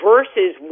Versus